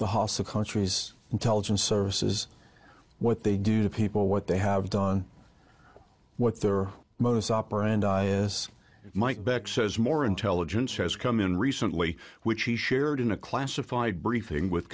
hostile countries intelligence services what they do to people what they have done what their modus operandi is mike beck says more intelligence has come in recently which he shared in a classified briefing with